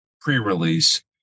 pre-release